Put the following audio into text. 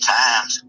times